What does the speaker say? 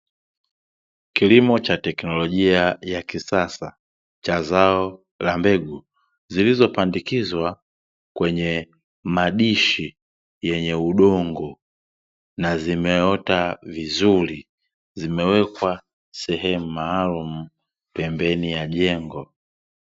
Kilimo cha teknolojia ya kisasa cha zao la mbegu zilizopandikizwa kwenye madishi yenye udongo, na zimeota vizuri, zimewekwa sehemu maalumu pembeni ya jengo.